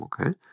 Okay